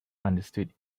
understood